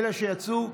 אלה שיצאו,